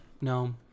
no